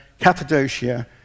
Cappadocia